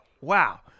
wow